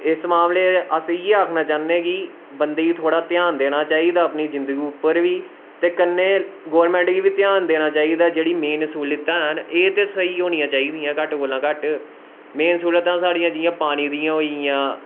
इस मामले च अस इयै आक्खना चाह्ने कि बंदे गी थोह्ड़ा ध्यान देना चाही दा अपनी जिन्दगी उप्पर बी ते कन्नै गौरमैंट गी बी ध्यान देना चाही दा जेह्ड़ी मेन स्हूलियतां हैन एह् ते स्हेई होनियां चाही दियां घट्ट कोला घट्ट मेन स्हूलतां जियां पानी दियां होईयां